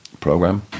program